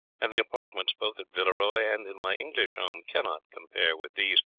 and the apartments both at villeroy and in my english home cannot compare with these,